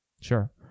Sure